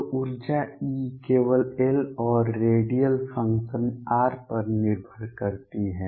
तो ऊर्जा E केवल L और रेडियल फ़ंक्शन r पर निर्भर करती है